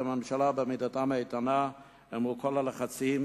הממשלה בעמידתם האיתנה אל כל מול הלחצים,